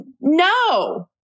no